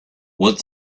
what